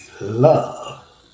love